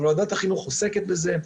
אבל ועדת החינוך עוסקת בזה.